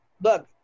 look